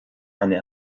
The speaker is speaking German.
eine